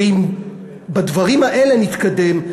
ואם בדברים האלה נתקדם,